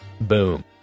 Boom